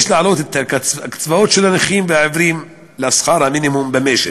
יש להעלות את הקצבאות של הנכים והעיוורים לשכר המינימום במשק,